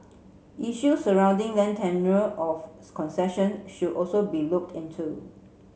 issue surrounding land tenure of concession should also be looked into